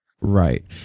Right